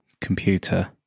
computer